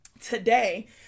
Today